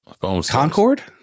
concord